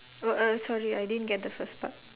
what uh sorry I didn't get the first part